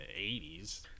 80s